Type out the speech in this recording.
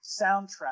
soundtrack